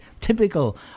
typical